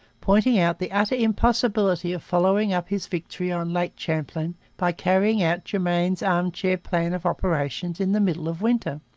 pointing out the utter impossibility of following up his victory on lake champlain by carrying out germain's arm-chair plan of operations in the middle of winter.